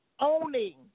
Owning